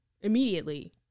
immediately